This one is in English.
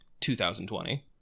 2020